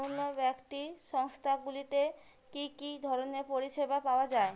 নন banking সংস্থা গুলিতে কি কি ধরনের পরিসেবা পাওয়া য়ায়?